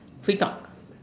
free talk